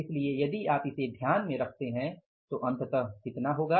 इसलिए यदि आप इसे ध्यान में रखते हैं तो अंततः कितना होगा